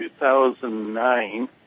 2009